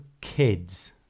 kids